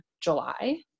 July